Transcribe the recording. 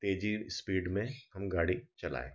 तेजी स्पीड में हम गाड़ी चलाएँ